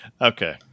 Okay